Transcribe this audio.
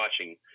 watching